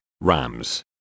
Rams